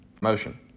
Motion